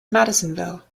madisonville